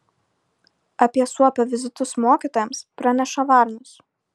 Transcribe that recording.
apie suopio vizitus mokytojams praneša varnos